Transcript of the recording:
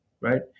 right